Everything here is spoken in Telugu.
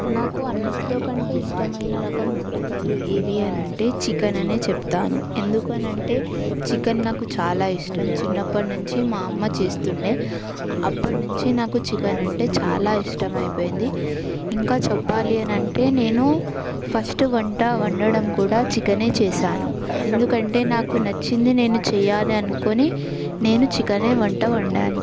నాకు అన్నిట్లో కంటే ఇష్టమైన రకం వంటకాలు ఏవి అనంటే చికెన్ అనే చెప్తాను ఎందుకు అనంటే చికెన్ నాకు చాలా ఇష్టం చిన్నప్పటి నుంచి మా అమ్మ చేస్తుండే అప్పటి నుంచి నాకు చికెన్ అంటే చాలా ఇష్టమైపోయింది ఇంకా చెప్పాలి అనంటే నేను ఫస్ట్ వంట వండడం కూడా చికెనే చేసాను ఎందుకంటే నాకు నచ్చింది నేను చెయ్యాలి అనుకుని నేను చికెనే వంట వండాను